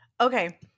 Okay